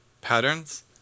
patterns